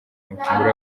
amafunguro